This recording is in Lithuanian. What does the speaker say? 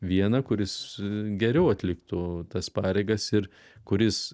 vieną kuris geriau atliktų tas pareigas ir kuris